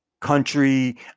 country